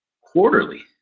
quarterly